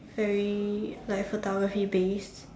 very like photography based